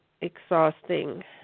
exhausting